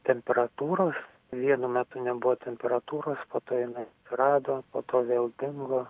temperatūros vienu metu nebuvo temperatūros po to inai rado po to vėl dingo